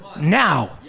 now